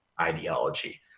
ideology